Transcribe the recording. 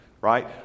right